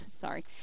Sorry